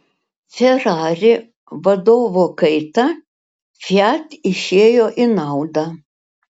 ferrari vadovo kaita fiat išėjo į naudą